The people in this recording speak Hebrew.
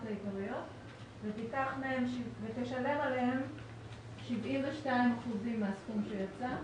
העיקריות ותשלם עליהם 72 אחוזים מהסכום שיצא.